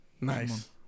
Nice